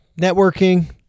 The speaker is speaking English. networking